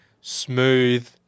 smooth